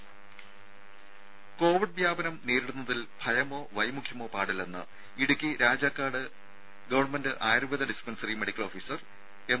രും കോവിഡ് വ്യാപനം നേരിടുന്നതിൽ ഭയമോ വൈമുഖ്യമോ പാടില്ലെന്ന് Idukki Rajakkad government Ayurveda dispensary medical officer M